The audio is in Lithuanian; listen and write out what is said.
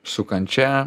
su kančia